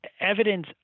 evidence